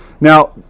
Now